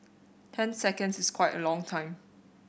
ten seconds is quite a long time